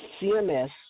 CMS